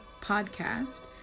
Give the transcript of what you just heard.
podcast